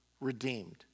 redeemed